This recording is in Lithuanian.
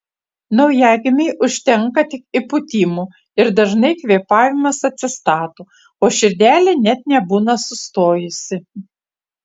naujagimiui užtenka tik įpūtimų ir dažnai kvėpavimas atsistato o širdelė net nebūna sustojusi